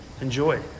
Enjoy